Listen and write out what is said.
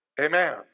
Amen